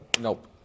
nope